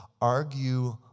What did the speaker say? Argue